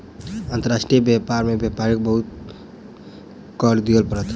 अंतर्राष्ट्रीय व्यापार में व्यापारी के बहुत कर दिअ पड़ल